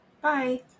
Bye